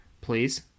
Please